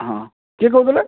ହଁ କିଏ କହୁଥିଲେ